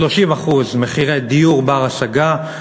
30% מחירי דיור בר-השגה,